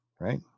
Right